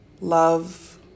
Love